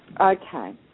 Okay